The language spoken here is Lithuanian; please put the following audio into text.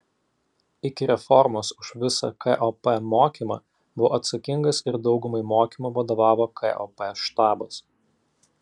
iki reformos už visą kop mokymą buvo atsakingas ir daugumai mokymų vadovavo kop štabas